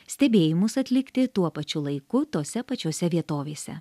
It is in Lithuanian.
stebėjimus atlikti tuo pačiu laiku tose pačiose vietovėse